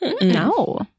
No